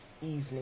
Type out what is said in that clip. evening